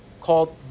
called